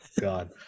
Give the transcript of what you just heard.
God